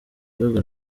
gihugu